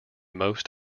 most